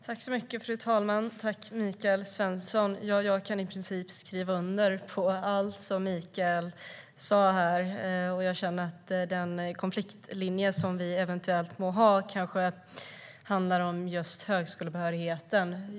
Fru talman! Jag tackar Michael Svensson för detta. Jag kan i princip skriva under på allt som han sa här. Jag känner att den konfliktlinje som eventuellt finns kanske handlar om just högskolebehörigheten.